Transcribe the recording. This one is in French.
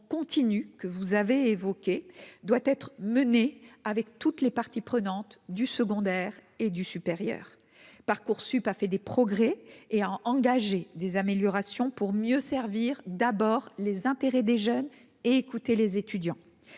que vous avez évoquée doit être menée avec toutes les parties prenantes du secondaire et du supérieur Parcoursup a fait des progrès et engager des améliorations pour mieux servir d'abord les intérêts des jeunes et écouter les étudiants,